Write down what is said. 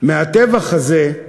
מהטבח הזה,